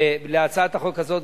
להצעת החוק הזאת,